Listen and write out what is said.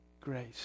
grace